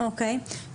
אוקיי.